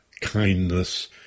kindness